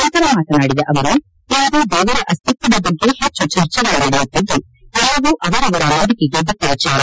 ನಂತರ ಮಾತನಾಡಿದ ಅವರು ಇಂದು ದೇವರ ಅಸ್ತಿತ್ವದ ಬಗ್ಗೆ ಹೆಚ್ಚು ಚರ್ಚೆಗಳು ನಡೆಯುತ್ತಿದ್ದು ಎಲ್ಲವೂ ಅವರವರ ನಂಬಿಕೆಗೆ ಬಿಟ್ಟ ವಿಚಾರ